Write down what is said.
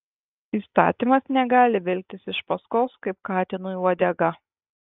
įstatymas negali vilktis iš paskos kaip katinui uodega